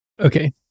okay